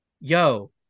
yo